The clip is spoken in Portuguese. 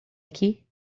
aqui